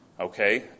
Okay